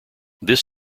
this